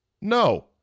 No